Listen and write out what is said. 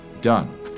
Done